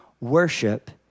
worship